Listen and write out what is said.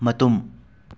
ꯃꯇꯨꯝ